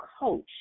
coach